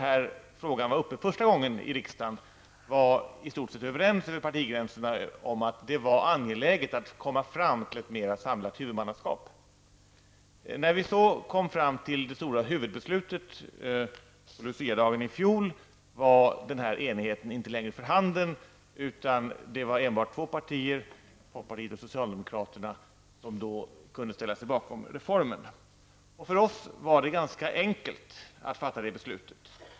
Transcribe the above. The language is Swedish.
När frågan första gången var uppe i riksdagen var vi i stort sett överens över partigränserna om att det var angeläget att komma fram till ett mer samlat huvudmannaskap. När vi så kom fram till det stora huvudbeslutet på Luciadagen i fjol var denna enighet inte längre för handen, utan det var endast två partier, folkpartiet och socialdemokraterna, som då kunde ställa sig bakom reformen. För oss var det ganska enkelt att fatta det beslutet.